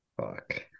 Fuck